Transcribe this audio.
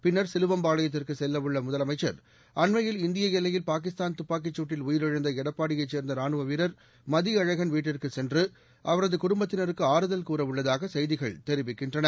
பின்னா் சிலுவம்பாளையத்திற்கு செல்ல உள்ள முதலமைச்சா் அண்மையில் இந்திய எல்லையில் பாகிஸ்தான் துப்பாக்கிச்சூட்டில் உயிரிழந்த எடப்பாடியை சேர்ந்த ரானுவ வீரர் மதியழகன் வீட்டிற்கு சென்று அவரது குடும்பத்தினருக்கு ஆறுதல் கூற உள்ளதாக செய்திகள் தெரிவிக்கின்றன